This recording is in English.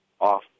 off